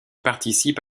participe